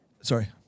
sorry